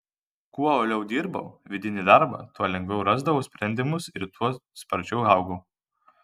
kuo uoliau dirbau vidinį darbą tuo lengviau rasdavau sprendimus ir tuo sparčiau augau